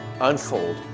unfold